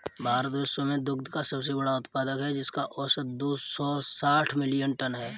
भारत विश्व में दुग्ध का सबसे बड़ा उत्पादक है, जिसका औसत दो सौ साठ मिलियन टन है